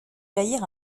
jaillir